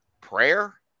prayer